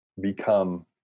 become